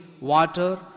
water